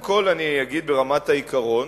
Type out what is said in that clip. אז קודם כול אני אגיד, ברמת העיקרון,